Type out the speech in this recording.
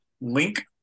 Link